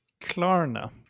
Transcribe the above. Klarna